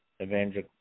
evangel